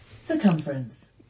Circumference